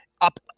up